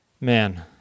man